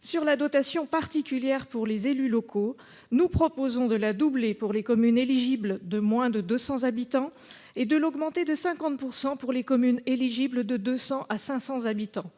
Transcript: sur la dotation particulière pour les élus locaux : nous proposerons de la doubler pour les communes éligibles de moins de 200 habitants et de l'augmenter de 50 % pour les communes éligibles de 200 à 500 habitants.